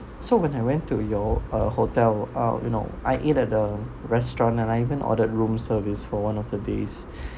so when I went to your uh hotel ah you know I ate at the restaurant and I even ordered room service for one of the days